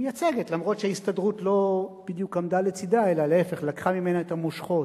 אז אין הצעות נוספות.